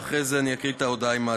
ואחרי זה אני אקריא את ההודעה עם ההצבעה.